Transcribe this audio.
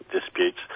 disputes